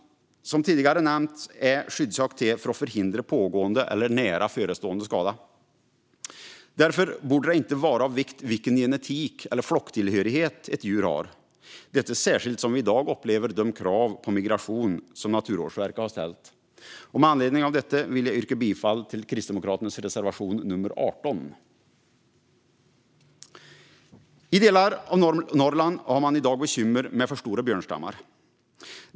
Som tidigare nämnts finns skyddsjakt till för att förhindra pågående eller nära förestående skada. Därför borde det inte vara av vikt vilken genetik eller flocktillhörighet ett djur har, detta särskilt då vi i dag uppfyller de krav gällande migration som Naturvårdsverket har ställt. Med anledning av detta vill jag yrka bifall till Kristdemokraternas reservation 18. I delar av Norrland har man i dag bekymmer med för stora björnstammar.